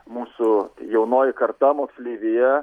mūsų jaunoji karta moksleivija